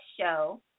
show